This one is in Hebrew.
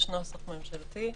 יש נוסח ממשלתי.